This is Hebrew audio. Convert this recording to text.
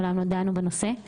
מעולם לא דנו בנושא,